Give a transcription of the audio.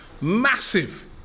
massive